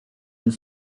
then